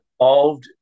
involved